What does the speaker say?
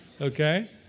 okay